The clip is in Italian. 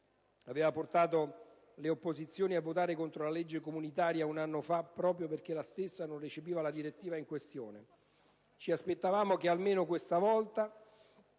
aveva portato le opposizioni a votare contro la legge comunitaria un anno fa proprio perché la stessa non recepiva la direttiva in questione. Ci aspettavamo che almeno questa volta,